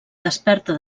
desperta